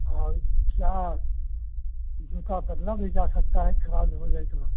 और क्या जूता बदला भी जा सकता है खराब हो जाय तो वहाँ